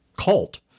cult